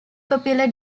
popular